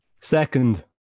Second